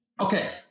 Okay